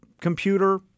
computer